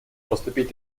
поступить